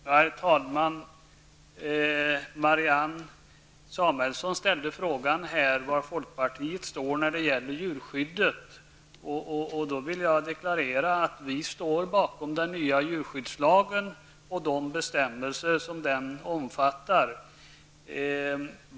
Herr talman! Marianne Samuelsson frågade var folkpartiet står när det gäller djurskyddet. Jag vill deklarera att vi står bakom den nya djurskyddslagen och de bestämmelser som den omfattar.